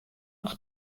noch